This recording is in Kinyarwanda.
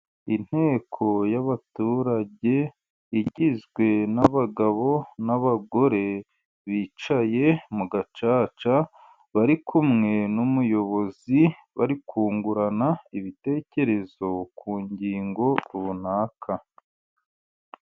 Inteko y'abaturage igizwe n'abagabo n'abagore, bicaye mu gacaca bari kumwe n'umuyobozi, bari kungurana ibitekerezo ku ngingo runaka.